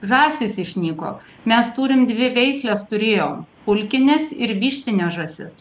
žąsys išnyko mes turim dvi veisles turėjom pulkines ir vištines žąsis